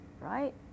right